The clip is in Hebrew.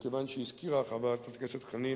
מכיוון שחברת הכנסת חנין